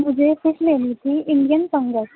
مجھے فش لینی تھی انڈین فنگس